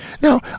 now